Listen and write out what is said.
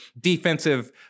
defensive